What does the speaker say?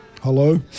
Hello